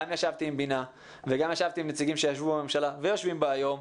גם ישבתי עם "בינה" וגם ישבתי עם נציגים שישבו בממשלה ויושבים בה היום,